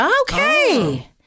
Okay